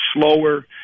slower